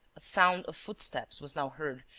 a sound of footsteps was now heard,